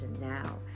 now